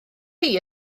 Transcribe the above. chi